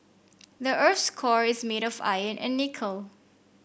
the earth's core is made of iron and nickel